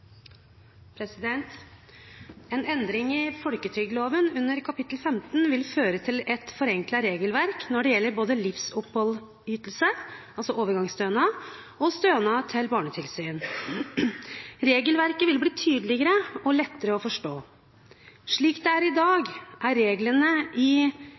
minutter. En endring i folketrygdloven under kapittel 15 vil føre til et forenklet regelverk når det gjelder både livsoppholdsytelsen – altså overgangsstønad – og stønad til barnetilsyn. Regelverket vil bli tydeligere og lettere å forstå. Slik det er i dag, er reglene i